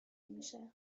میشه